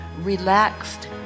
relaxed